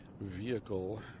vehicle